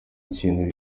kintu